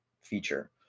feature